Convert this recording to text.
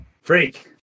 Freak